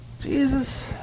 Jesus